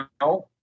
now